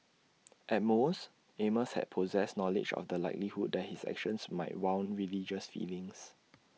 at most amos had possessed knowledge of the likelihood that his actions might wound religious feelings